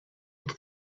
into